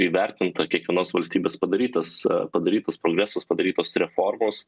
įvertinta kiekvienos valstybės padarytas padarytas progresas padarytos reformos